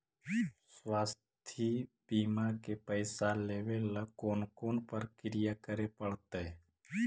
स्वास्थी बिमा के पैसा लेबे ल कोन कोन परकिया करे पड़तै?